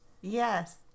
Yes